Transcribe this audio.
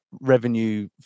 revenue